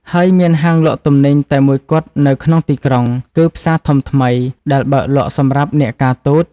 ហើយមានហាងលក់ទំនិញតែមួយគត់នៅក្នុងទីក្រុង គឺផ្សារធំថ្មី ដែលបើកលក់សម្រាប់អ្នកការទូត។